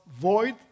void